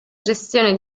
gestione